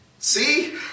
See